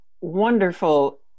wonderful